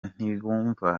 ntibumva